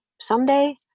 Someday